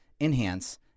enhance